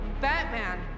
Batman